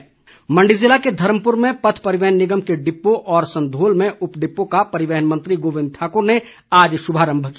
गोबिंद ठाक्र मण्डी ज़िले के धर्मप्र में पथ परिवहन निगम के डिपो और संधोल में उपडिपो का परिवहन मंत्री गोबिंद ठाकुर ने आज शुभारम्भ किया